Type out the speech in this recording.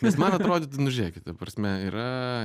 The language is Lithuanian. nes man atrodytų nu žiūrėkit ta prasme yra